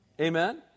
Amen